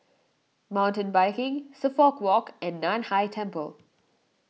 Mountain Biking Suffolk Walk and Nan Hai Temple